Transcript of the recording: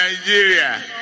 Nigeria